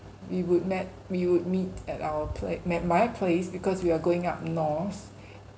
we would met we would meet at our pl~ my place because we are going up north